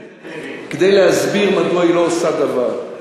כדי להסביר מדוע היא לא עושה דבר.